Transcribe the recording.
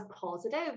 positive